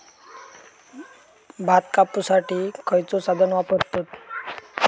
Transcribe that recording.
भात कापुसाठी खैयचो साधन वापरतत?